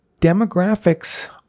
Demographics